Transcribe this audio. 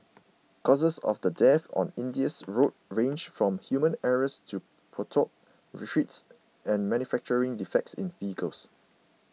causes of the deaths on India's roads range from human error to potholed streets and manufacturing defects in vehicles